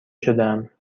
شدهام